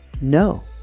no